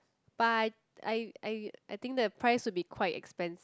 but I I I I think the price would be quite expensive